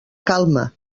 calma